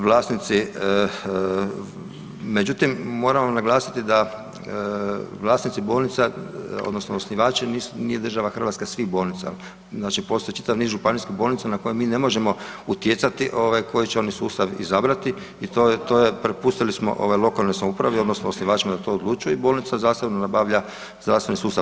Vlasnici, međutim, moram vam naglasiti da vlasnici bolnica odnosno osnivači nije država Hrvatska svih bolnica, znači postoji čitav niz županijskih bolnica na koje mi ne možemo utjecati ovaj koji će oni sustav izabrati i to je, to je, prepustili smo ovaj lokalnoj samoupravi odnosno osnivačima da to odlučuju i bolnica zasebno nabavlja zdravstveni sustav.